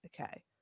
okay